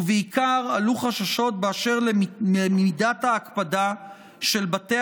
ובעיקר עלו חששות באשר למידת ההקפדה של בתי